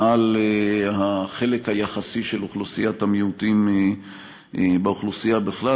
על החלק היחסי של אוכלוסיית המיעוטים באוכלוסייה בכלל.